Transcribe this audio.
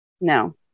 No